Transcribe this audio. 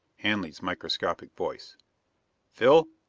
hanley's microscopic voice phil?